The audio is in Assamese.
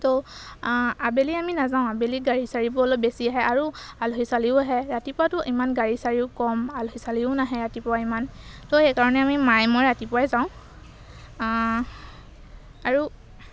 ত' আবেলি আমি নাযাওঁ আবেলি গাড়ী চাৰিবোৰ অলপ বেছি আহে আৰু আলহী চালহীও আহে ৰাতিপুৱাটো ইমান গাড়ী চাৰিও কম আলহী চালহীও নাহে ৰাতিপুৱা ইমান তো সেইকাৰণে আমি মাই মই ৰাতিপুৱাই যাওঁ আৰু